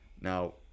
Now